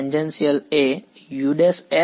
H tan એ u's અને E z છે